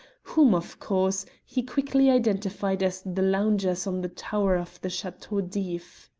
whom, of course, he quickly identified as the loungers on the tower of the chateau d'if.